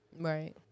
right